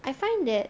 I find that